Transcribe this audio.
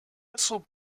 whistle